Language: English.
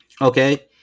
Okay